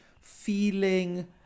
feeling